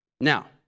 Now